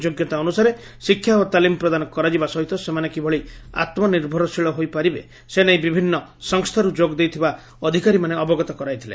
ଯୋଗ୍ୟତା ଅନୁସାରେ ଶିକ୍ଷା ଓ ତାଲିମ ପ୍ରଦାନ କରାଯିବା ସହିତ ସେମାନେ କିଭଳି ଆତ୍କନିଭରଶୀଳ ହୋଇ ପାରିବେ ସେ ନେଇ ବିଭିନ୍ନ ସଂସ୍ଚାରୁ ଯୋଗଦେଇଥିବା ଅଧିକାରୀମାନେ ଅବଗତ କରାଇଥିଲେ